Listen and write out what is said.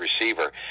receiver